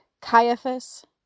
Caiaphas